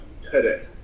today